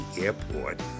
airport